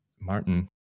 Martin